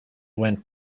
went